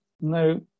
no